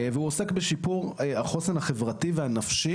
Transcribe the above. והוא עוסק בשיפור החוסן החברתי והנפשי